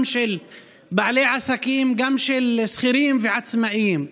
גם של בעלי עסקים וגם של שכירים ועצמאים.